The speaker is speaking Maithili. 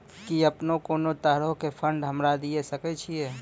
कि अपने कोनो तरहो के फंड हमरा दिये सकै छिये?